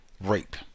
rape